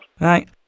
Right